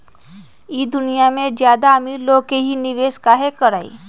ई दुनिया में ज्यादा अमीर लोग ही निवेस काहे करई?